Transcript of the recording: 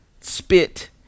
spit